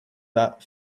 that